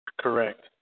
correct